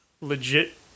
Legit